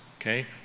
Okay